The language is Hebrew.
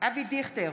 אבי דיכטר,